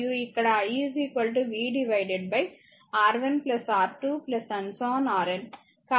RN కాబట్టి vn RN R1 R2